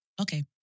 okay